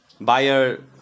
buyer